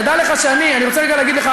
תדע לך שאני אני רוצה רגע להגיד לך,